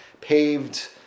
paved